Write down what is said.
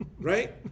right